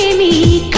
me?